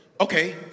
Okay